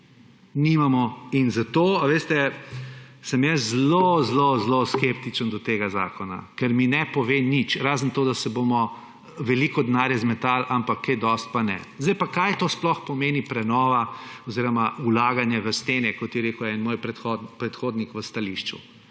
Nimamo. Nimamo. Jaz sem zelo zelo skeptičen do tega zakona, ker mi ne pove nič, razen to, da bomo veliko denarja zmetali, ampak kaj dosti pa ne. Kaj pa sploh pomeni prenova oziroma vlaganje v stene, kot je rekel moj predhodnik v stališču?